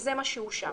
וזה מה שאושר.